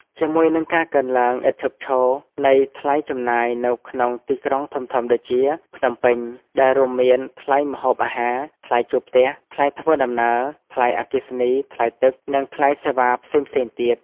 ជាមួយនឹងការកើនឡើងឥតឈប់ឈរនៃថ្លៃចំណាយនៅក្នុងទីក្រុងធំៗដូចជា ភ្នំពេញ ដែលរួមមានថ្លៃម្ហូបអាហារ ថ្លៃជួលផ្ទះ ថ្លៃធ្វើដំណើរ ថ្លៃអគ្គិសនី ថ្លៃទឹក និងថ្លៃសេវាផ្សេងៗទៀត។